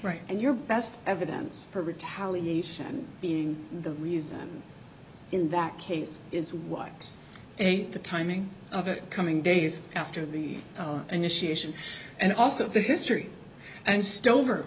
right and your best evidence for retaliation being the reason in that case is why the timing of it coming days after the initiation and also the history and stover